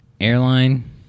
airline